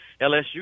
LSU